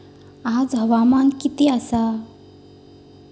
आज हवामान किती आसा?